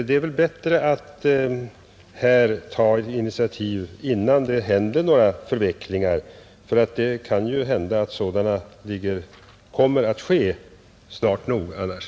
Det är väl bättre att här ta initiativ innan det inträffar några förvecklingar. Det kan hända att sådana kommer snart nog annars,